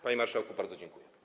Panie marszałku, bardzo dziękuję.